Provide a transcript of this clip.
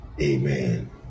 Amen